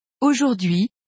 Aujourd'hui